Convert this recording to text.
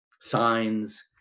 signs